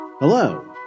Hello